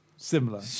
Similar